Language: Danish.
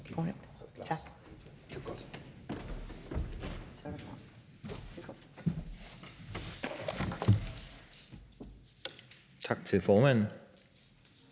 Tak til formanden.